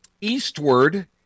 eastward